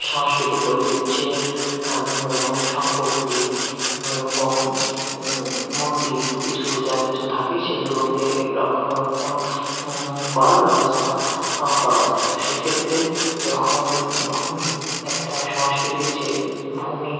সাংস্কৃতিক ঐতিহ্যের বিভিন্ন রকম সম্পত্তি বিভিন্ন রকম মন্দির কিছু যা কিছু থাকে সেগুলোকে রক্ষণাবেক্ষণ করার ব্যবস্থা করা যায় তো সেক্ষেত্রে যখন ভূমি একটা সংস্কৃতির যে ভূমি